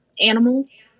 animals